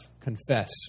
confess